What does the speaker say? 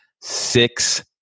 six